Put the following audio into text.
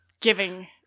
giving